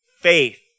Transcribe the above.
Faith